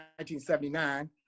1979